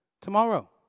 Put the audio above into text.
Tomorrow